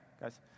Guys